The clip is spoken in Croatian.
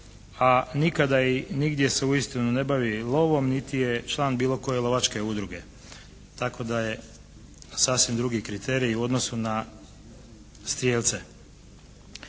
a nikada i nigdje se uistinu ne bavi lovom niti je član bilo koje lovačke udruge, tako da je sasvim drugi kriterij u odnosu na strijelce,